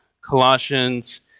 Colossians